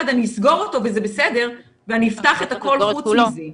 אני אסגור אותו וזה בסדר ואני אפתח את הכול חוץ מזה.